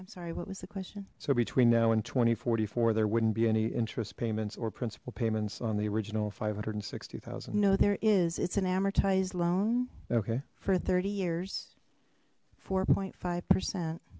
i'm sorry what was the question so between now and twenty forty four there wouldn't be any interest payments or principal payments on the original five hundred and sixty thousand no there is it's an amortized loan okay for thirty years four point five percent